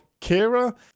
kira